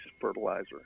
fertilizer